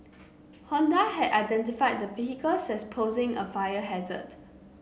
Honda had identified the vehicles as posing a fire hazard